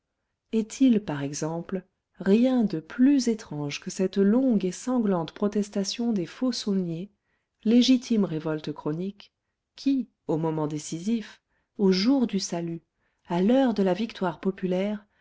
est-il par exemple rien de plus étrange que cette longue et sanglante protestation des faux saulniers légitime révolte chronique qui au moment décisif au jour du salut à l'heure de la victoire populaire